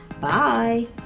bye